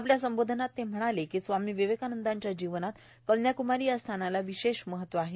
आपल्या संबोधनात ते म्हणालेए की स्वामी विवेकानंदाच्या जीवनात कन्याकमारी या स्थानाला विशेष महत्व आहे